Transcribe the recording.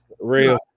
Real